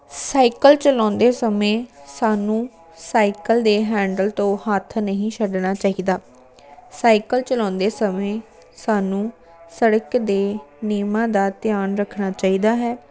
cycle ਚਲਾਉਂਦੇ ਸਮੇਂ ਸਾਨੂੰ ਸਾਈਕਲ ਦੇ ਹੈਂਡਲ ਤੋਂ ਹੱਥ ਨਹੀਂ ਛੱਡਣਾ ਚਾਹੀਦਾ ਸਾਈਕਲ ਚਲਾਉਂਦੇ ਸਮੇਂ ਸਾਨੂੰ ਸੜਕ ਦੇ ਨਿਯਮਾਂ ਦਾ ਧਿਆਨ ਰੱਖਣਾ ਚਾਹੀਦਾ ਹੈ